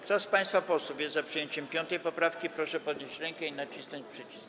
Kto z państwa posłów jest za przyjęciem 5. poprawki, proszę podnieść rękę i nacisnąć przycisk.